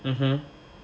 mm hmm